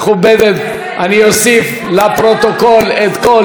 אני אוסיף לפרוטוקול את כל הקולות,